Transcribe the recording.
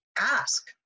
ask